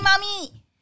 mommy